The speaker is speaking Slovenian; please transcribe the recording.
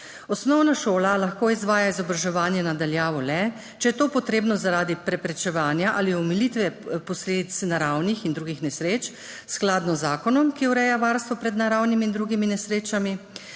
Osnovna šola lahko izvaja izobraževanje na daljavo le, če je to potrebno zaradi preprečevanja ali omilitve posledic naravnih in drugih nesreč skladno z zakonom, ki ureja varstvo pred naravnimi in drugimi nesrečami,